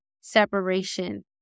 separation